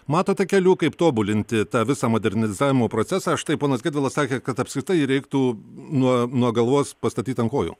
matote kelių kaip tobulinti tą visą modernizavimo procesą štai ponas gedvilas sakė kad apskritai reiktų nuo nuo galvos pastatyt ant kojų